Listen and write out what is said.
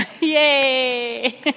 yay